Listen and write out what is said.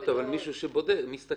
לכן חייב להיות פתח לטובת החקירה,